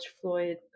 Floyd